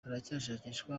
haracyashakishwa